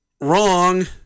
Wrong